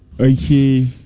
Okay